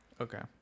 Okay